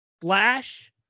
Flash